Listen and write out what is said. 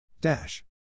dash